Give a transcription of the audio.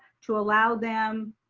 to allow them